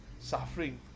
suffering